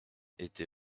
été